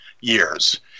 years